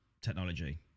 technology